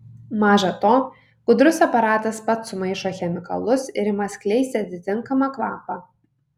maža to gudrus aparatas pats sumaišo chemikalus ir ima skleisti atitinkamą kvapą